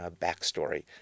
backstory